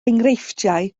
enghreifftiau